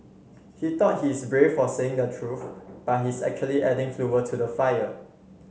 he thought he's brave for saying the truth but he's actually adding fuel to the fire